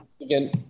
Again